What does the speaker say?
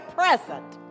present